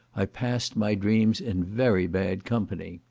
i passed my dreams in very bad company.